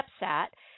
upset